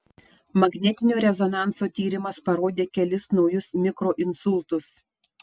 magnetinio rezonanso tyrimas parodė kelis naujus mikroinsultus